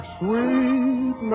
sweet